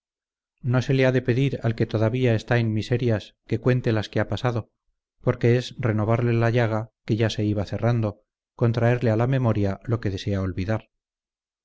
le ha de pedir al que todavía está en miserias que cuente las que ha pasado porque es renovarle la llaga que ya se iba cerrando con traerle a la memoria lo que desea olvidar